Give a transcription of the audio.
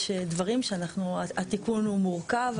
יש דברים שאנחנו, הטיפול הוא מורכב.